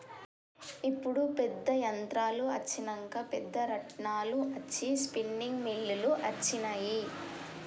ఇప్పుడు పెద్ద యంత్రాలు అచ్చినంక పెద్ద రాట్నాలు అచ్చి స్పిన్నింగ్ మిల్లులు అచ్చినాయి